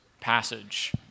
passage